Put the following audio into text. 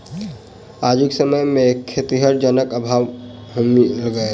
आजुक समय मे खेतीहर जनक अभाव होमय लगलै